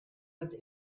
was